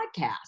podcast